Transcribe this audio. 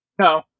No